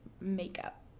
makeup